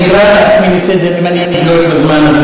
אני אקרא את עצמי לסדר אם אני אגלוש מהזמן.